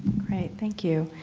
great. thank you.